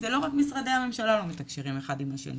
אז זה לא רק משרדי הממשלה שלא מתקשרים אחד עם השני.